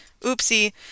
Oopsie